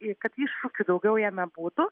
į kad iššūkių daugiau jame būtų